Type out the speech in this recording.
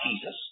Jesus